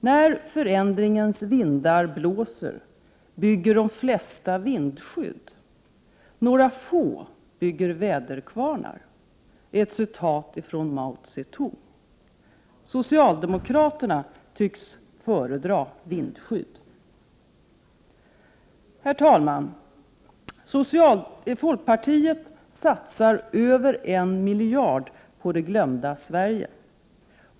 ”När förändringens vindar blåser bygger de flesta vindskydd. Några få bygger väderkvarnar.” är ett citat från Mao Zedong. Socialdemokraterna tycks föredra vindskydd. Herr talman! Folkpartiet satsar över en miljard på det glömda Sverige.